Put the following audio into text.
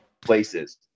places